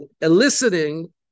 eliciting